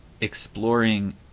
exploring